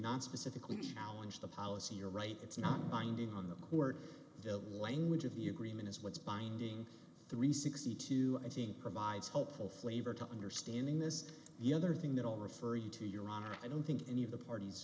nonspecifically challenge the policy you're right it's not binding on the court the language of the agreement is what's binding three hundred and sixty two i think provides hopeful flavor to understanding this the other thing that will refer you to your honor i don't think any of the parties